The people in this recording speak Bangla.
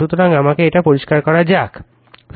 সুতরাং আমাকে এটা পরিষ্কার করা যাক